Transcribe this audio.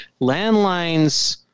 landlines